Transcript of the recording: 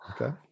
Okay